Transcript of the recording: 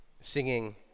singing